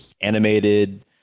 animated